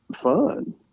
fun